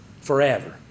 forever